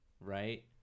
right